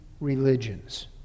religions